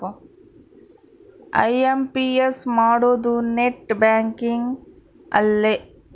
IMPS ಮಾಡೋದು net banking ಅಲ್ಲೆ